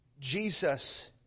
Jesus